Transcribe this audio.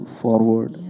forward